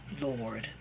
Lord